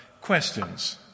questions